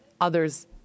others